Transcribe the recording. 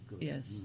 Yes